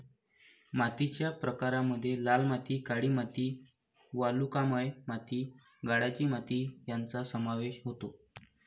मातीच्या प्रकारांमध्ये लाल माती, काळी माती, वालुकामय माती, गाळाची माती यांचा समावेश होतो